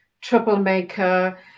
troublemaker